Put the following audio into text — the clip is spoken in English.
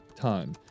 time